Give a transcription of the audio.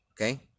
okay